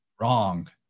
wrong